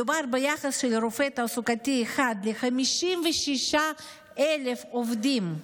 מדובר ביחס של רופא תעסוקתי אחד ל-56,000 עובדים.